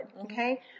Okay